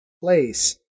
place